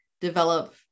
develop